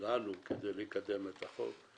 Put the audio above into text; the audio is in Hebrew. בוקר טוב.